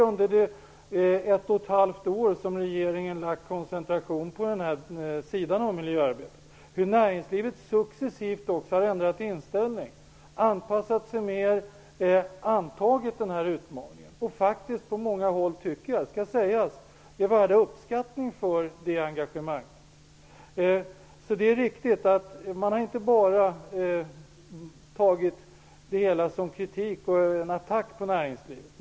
Under det ett och ett halvt år som regeringen har koncentrerat sig på den här delen av miljöarbetet kan man se hur näringslivet successivt har ändrat inställning. Man har anpassat sig mer och antagit utmaningen. På många håll är man värd uppskattning för det engagemanget, det tycker jag skall sägas. Det är riktigt att man inte bara har tagit det hela som kritik av och en attack på näringslivet.